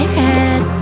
head